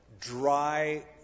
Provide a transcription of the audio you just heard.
dry